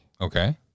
Okay